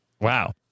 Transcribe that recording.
Wow